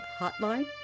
Hotline